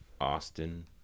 Austin